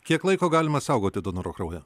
kiek laiko galima saugoti donoro kraują